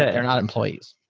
they're not employees.